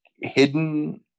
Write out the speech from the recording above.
hidden